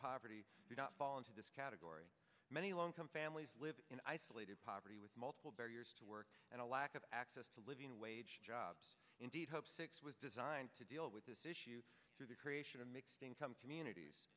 poverty do not fall into this category many low income families live in isolated poverty with multiple barriers to work and a lack of access to living wage jobs indeed hope six was designed to deal with this issue through the creation of mixed income communities